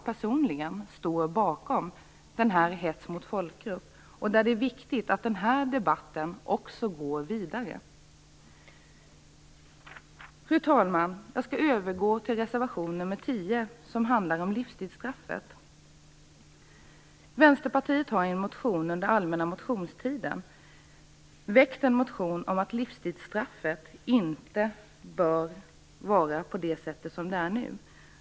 Personligen står jag bakom den här reservationen om hets mot folkgrupp. Det är viktigt att debatten går vidare. Fru talman! Jag skall nu övergå till att tala om reservation nr 10, som handlar om livstidsstraffet. Vänsterpartiet väckte under allmänna motionstiden en motion om att livstidsstraffet inte bör fungera som det gör nu.